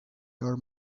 your